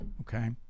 Okay